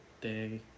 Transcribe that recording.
day